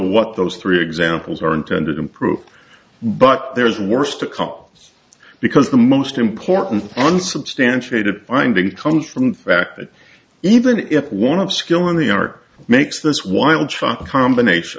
what those three examples are intended improved but there's worse to come out because the most important unsubstantiated finding comes from the fact that even if one of skill in the art makes this wild chalk a combination